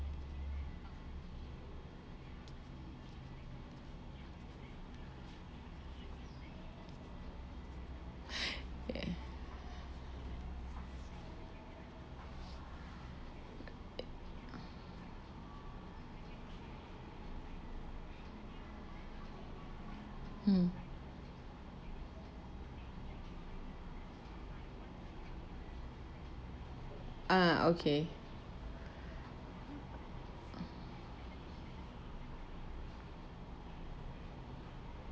ya um uh okay